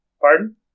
Pardon